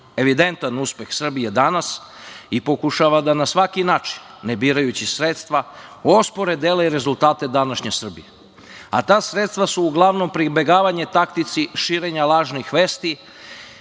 evidentan uspeh Srbije danas i pokušava da na svaki način, ne birajući sredstva, ospore dela i rezultate današnje Srbije. A ta sredstva su uglavnom pribegavanje taktici širenja lažnih vesti,